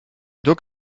donc